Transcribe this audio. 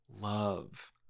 love